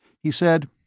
he said,